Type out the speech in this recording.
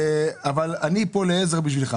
אני כאן לעזר עבורך.